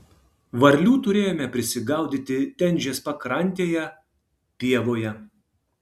varlių turėjome prisigaudyti tenžės pakrantėje pievoje